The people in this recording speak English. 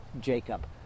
Jacob